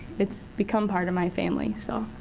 it's become part of my family, so.